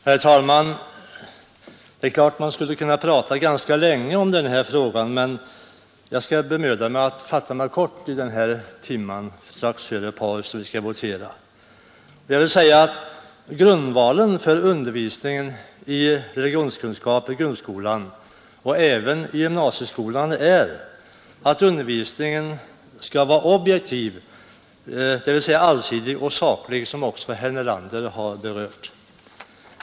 Herr talman! Det är klart att man skulle kunna tala ganska länge om den här frågan, men jag skall bemöda mig att fatta mig kort i den här timman strax före votering och paus. Grundvalen för undervisningen i religionskunskap i grundskolan och även i gymnasieskolan är att den skall vara objektiv, dvs. allsidig och saklig, vilket också herr Nelander har berört.